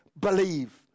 believe